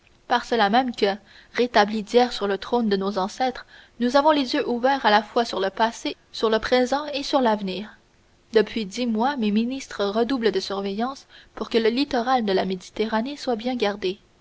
par cela même que rétabli d'hier sur le trône de nos ancêtres nous avons les yeux ouverts à la fois sur le passé sur le présent et sur l'avenir depuis dix mois mes ministres redoublent de surveillance pour que le littoral de la méditerranée soit bien gardé